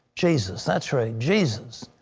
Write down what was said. jesus that's right. jesus,